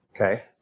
Okay